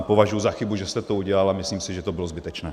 Považuji za chybu, že jste to udělal, a myslím si, že to bylo zbytečné.